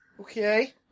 Okay